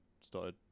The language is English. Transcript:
started